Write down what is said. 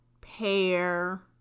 pear